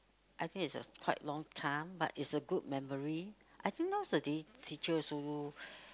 I think it's a quite long time but it's a good memory I think nowadays teachers who